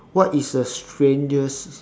what is the strangest